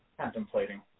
Contemplating